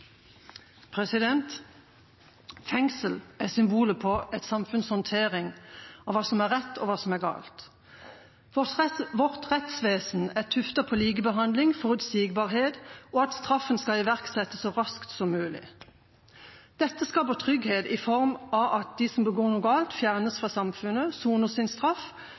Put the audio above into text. er rett, og hva som er galt. Vårt rettsvesen er tuftet på likebehandling, forutsigbarhet og at straffen skal iverksettes så raskt som mulig. Dette skaper trygghet i form av at de som begår noe galt, fjernes fra samfunnet og soner sin straff,